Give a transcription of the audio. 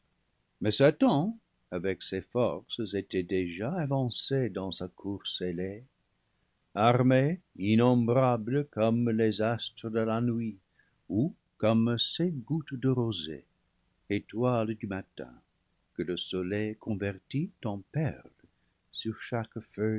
mais satan avec ses forces était déjà avancé dans sa course ailée armée innombrable comme les astres de la nuit ou comme ces gouttes de rosée étoiles du matin que le soleil convertit en perles sur chaque